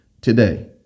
today